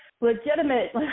legitimate